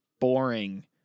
boring